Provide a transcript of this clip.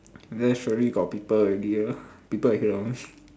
there surely got people already ah people will hear one